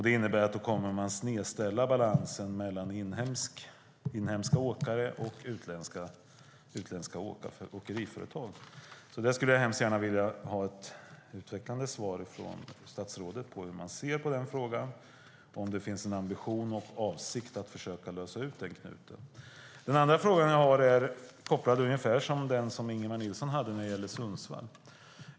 Det innebär att balansen mellan inhemska åkare och utländska åkeriföretag kommer att snedställas. Där skulle jag hemskt gärna vilja ha ett uttömmande svar från statsrådet på hur man ser på frågan och om det finns en ambition och avsikt att lösa upp den knuten. Den andra frågan är ungefär som den som Ingemar Nilsson hade om Sundsvall.